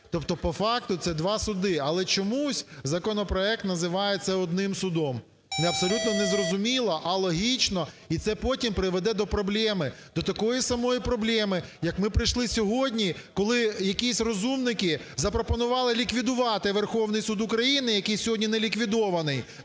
Тобто по факту це два суди, але чомусь законопроект називається одним судом. Абсолютно незрозуміло, алогічно, і це потім приведе до проблеми. До такої самої проблеми, як ми прийшли сьогодні, коли якісь розумники запропонували ліквідувати Верховний Суд України, який сьогодні не ліквідований